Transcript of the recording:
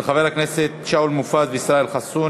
של חברי הכנסת שאול מופז וישראל חסון.